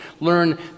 learn